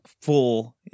full